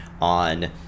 on